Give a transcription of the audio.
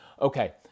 Okay